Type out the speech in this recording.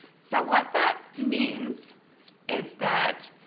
so what that means is that,